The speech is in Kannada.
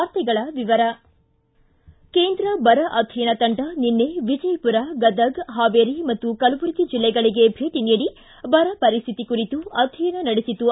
ವಾರ್ತೆಗಳ ವಿವರ ಕೇಂದ್ರ ಬರ ಅಧ್ಯಯನ ತಂಡ ನಿನ್ನೆ ವಿಜಯಪುರ ಗದಗ್ ಹಾವೇರಿ ಮತ್ತು ಕಲಬುರಗಿ ಜಿಲ್ಲೆಗಳಿಗೆ ಭೇಟಿ ನೀಡಿ ಪರ ಪರಿಸ್ಥಿತಿ ಕುರಿತು ಅಧ್ಯಯನ ನಡೆಸಿತು